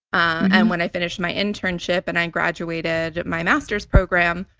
and when i finished my internship and i graduated my master's program,